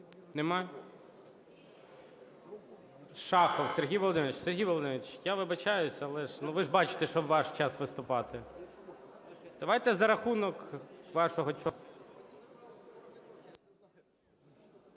Володимирович. Сергій Володимирович, я вибачаюсь, але ж ви ж бачите, що ваш час виступати. Давайте за рахунок вашого часу.